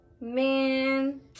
Man